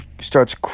starts